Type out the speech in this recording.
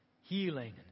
Healing